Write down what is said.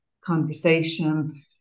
conversation